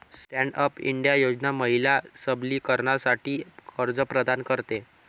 stand up India योजना महिला सबलीकरणासाठी कर्ज प्रदान करते